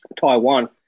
Taiwan